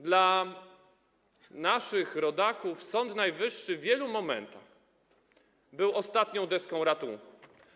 Dla naszych rodaków Sąd Najwyższy w wielu momentach był ostatnią deską ratunku.